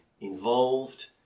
involved